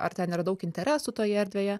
ar ten yra daug interesų toje erdvėje